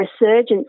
resurgence